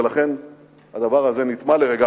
ולכן הדבר הזה נטמע לרגע,